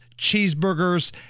cheeseburgers